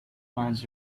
clients